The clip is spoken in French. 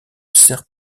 serre